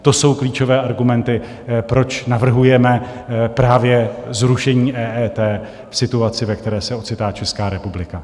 To jsou klíčové argumenty, proč navrhujeme právě zrušení EET v situaci, ve které se ocitá Česká republika.